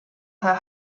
her